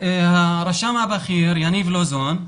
הרשם הבכיר, יניב לוזון,